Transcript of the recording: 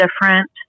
different